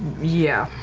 yeah.